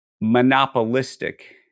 monopolistic